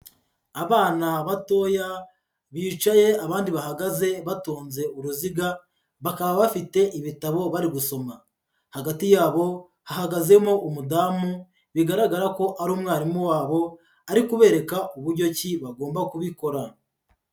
Abana batoya bicaye abandi bahagaze, batonze uruziga, bakaba bafite ibitabo bari gusoma, hagati yabo hahagazemo umudamu bigaragara ko ari umwarimu wabo, ari kubereka uburyo ki bagomba kubikora.